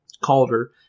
Calder